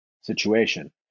situation